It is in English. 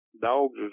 dogs